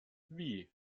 wie